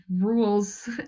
rules